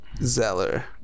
Zeller